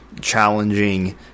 challenging